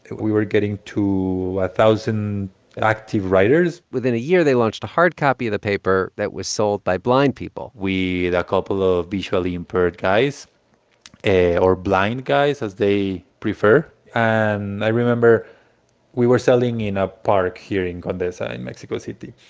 we were getting to a thousand active writers within a year, they launched a hard copy of the paper that was sold by blind people we had a couple of visually impaired guys or blind guys, as they prefer. and i remember we were selling in a park here in condesa in mexico city.